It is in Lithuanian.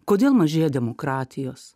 kodėl mažėja demokratijos